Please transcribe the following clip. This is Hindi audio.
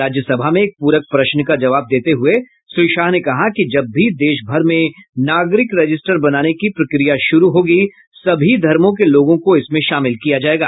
राज्य सभा में एक पूरक प्रश्न का जवाब देते हुए श्री शाह ने कहा कि जब भी देश भर में नागरिक रजिस्टर बनाने की प्रक्रिया शुरू होगी सभी धर्मो के लोगों को इसमें शामिल किया जाएगा